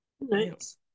Nice